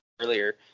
earlier